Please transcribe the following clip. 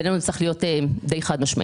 בעינינו זה צריך להיות די חד-משמעי.